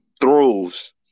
throws